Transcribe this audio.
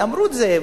ואמרו את זה,